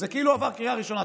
זה כאילו עבר קריאה ראשונה,